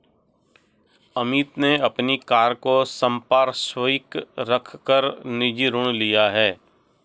अमित ने अपनी कार को संपार्श्विक रख कर निजी ऋण लिया है